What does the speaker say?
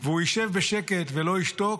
והוא ישב בשקט ולא ישתוק,